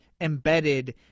embedded